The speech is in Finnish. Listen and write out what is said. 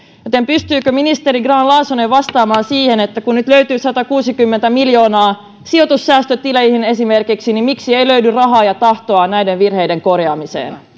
joten pystyykö ministeri grahn laasonen vastaamaan siihen että kun nyt löytyy esimerkiksi satakuusikymmentä miljoonaa sijoitussäästötileihin niin miksi ei löydy rahaa ja tahtoa näiden virheiden korjaamiseen